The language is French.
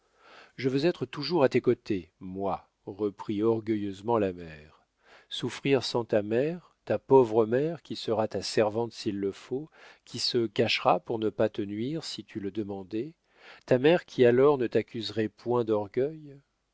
je veux être toujours à tes côtés moi reprit orgueilleusement la mère souffrir sans ta mère ta pauvre mère qui sera ta servante s'il le faut qui se cachera pour ne pas te nuire si tu le demandais ta mère qui alors ne t'accuserait point d'orgueil